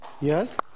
Yes